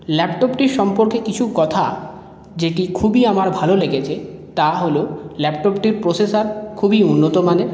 ল্যাপটপটি সম্পর্কে কিছু কথা যেটি খুবই আমার ভালো লেগেছে তা হল ল্যাপটপটির প্রসেসার খুবই উন্নত মানের